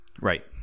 Right